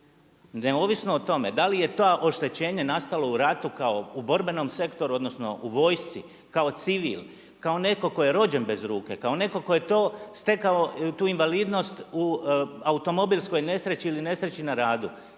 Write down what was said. neovisno o tome da li je to oštećenje nastalo u ratu kao u borbenom sektoru odnosno u vojci, kao civil, kao netko tko je rođen bez ruke, kao netko tko je to stekao, tu invalidnost u automobilskoj nesreći ili nesreći na radu.